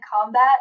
combat